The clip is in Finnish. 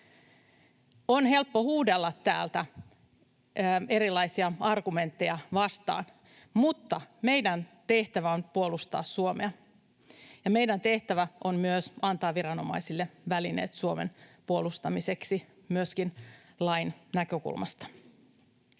On helppo huudella täältä erilaisia argumentteja vastaan, mutta meidän tehtävä on puolustaa Suomea ja meidän tehtävä on myös antaa viranomaisille välineet Suomen puolustamiseksi, myöskin lain näkökulmasta.